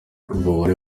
abagore